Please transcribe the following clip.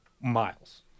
miles